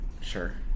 Sure